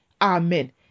Amen